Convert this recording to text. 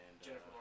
Jennifer